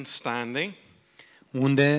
standing